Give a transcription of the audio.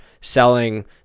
selling